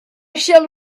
shall